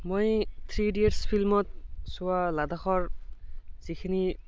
মই three idiots ফিল্মত চোৱা লাডাখৰ যিখিনি